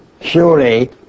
Surely